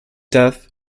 death